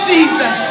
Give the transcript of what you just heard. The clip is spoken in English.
Jesus